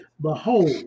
Behold